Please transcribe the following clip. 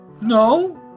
No